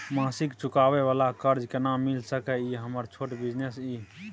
मासिक चुकाबै वाला कर्ज केना मिल सकै इ हमर छोट बिजनेस इ?